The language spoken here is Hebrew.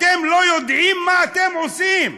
אתם לא יודעים מה אתם עושים.